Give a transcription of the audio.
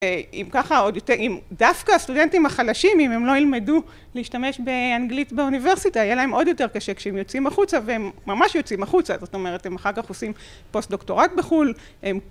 אם ככה עוד יותר... אם... דווקא הסטודנטים החלשים, אם הם לא ילמדו להשתמש באנגלית באוניברסיטה, יהיה להם עוד יותר קשה כשהם יוצאים החוצה, והם ממש יוצאים החוצה. זאת אומרת הם אחר כך עושים פוסט דוקטורט בחו"ל, הם...